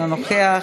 אינו נוכח,